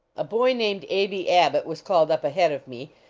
a boy named aby abbott was called up ahead of me,